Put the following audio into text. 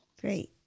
Great